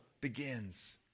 begins